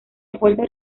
esfuerzos